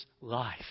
life